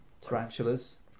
tarantulas